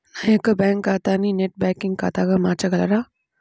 నా యొక్క బ్యాంకు ఖాతాని నెట్ బ్యాంకింగ్ ఖాతాగా మార్చగలరా?